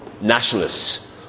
Nationalists